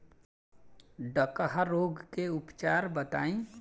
डकहा रोग के उपचार बताई?